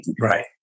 Right